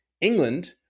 England